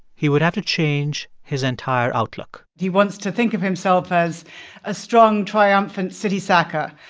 he would have to change his entire outlook he wants to think of himself as a strong, triumphant city-sacker.